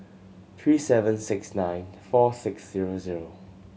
three seven six nine four six zero zero